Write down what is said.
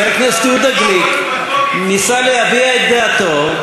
חבר הכנסת יהודה גליק ניסה להביע את דעתו,